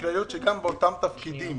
בכלליות וגם באותם תפקידים